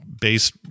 base